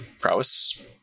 prowess